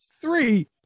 Three